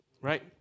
right